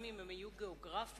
גם אם היו גיאוגרפית